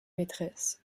maîtresse